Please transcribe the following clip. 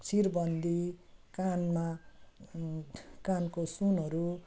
सिरबन्दी कानमा कानको सुनहरू